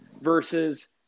versus